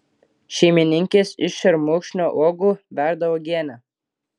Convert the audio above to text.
šeimininkės iš šermukšnio uogų verda uogienę